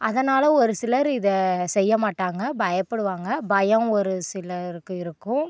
அதனால் ஒரு சிலர் இதை செய்ய மாட்டாங்க பயப்படுவாங்க பயம் ஒரு சிலருக்கு இருக்கும்